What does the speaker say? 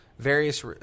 Various